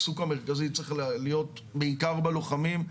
העיסוק המרכזי צריך להיות בעיקר בלוחמים.